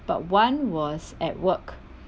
but one was at work